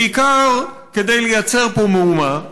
בעיקר כדי לייצר פה מהומה.